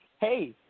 Hey